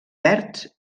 verds